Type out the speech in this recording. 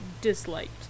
disliked